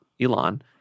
Elon